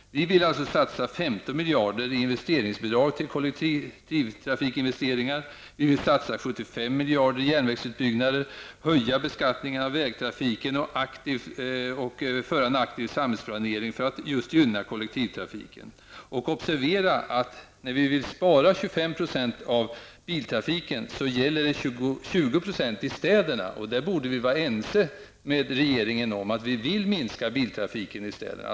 Vi vill alltså satsa 15 miljarder i investeringsbidrag till kollektivtrafikinvesteringar. Vi vill satsa 75 miljarder på järnvägsutbyggnader. Vi vill höja beskattningen av vägtrafiken och föra en aktiv samhällsplanering för att gynna kollektivtrafiken. Observera att när vi vill spara 25 % på biltrafiken gäller 20 % städerna. Och vi borde vara ense med regeringen om att minska biltrafiken i städerna.